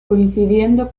coincidiendo